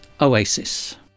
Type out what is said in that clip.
Oasis